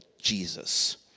Jesus